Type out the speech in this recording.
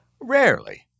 Rarely